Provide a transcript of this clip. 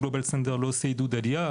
הגלובאל סנטר לא עושה עידוד עלייה,